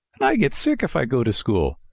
and i get sick if i go to school.